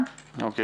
אוקיי.